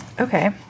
Okay